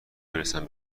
برسم